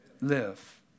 Live